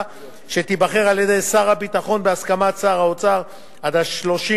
שתיבחר על-ידי שר הביטחון בהסכמת שר האוצר עד 31